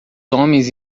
homens